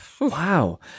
Wow